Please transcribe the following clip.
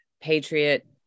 patriot